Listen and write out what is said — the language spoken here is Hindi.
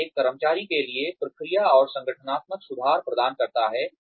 यह एक कर्मचारी के लिए प्रक्रिया और संगठनात्मक सुधार प्रदान करता है